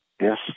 Yes